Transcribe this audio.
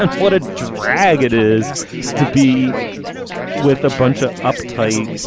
and what a drag it is to be with a bunch of uptight.